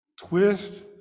Twist